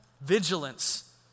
vigilance